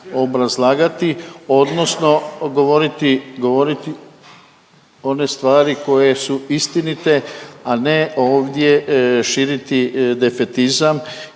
obrazlagati odnosno govoriti, govoriti one stvari koje su istinite, a ne ovdje širiti defetizam